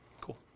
Cool